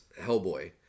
hellboy